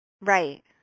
Right